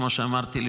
כמו שאמרתי,